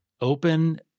open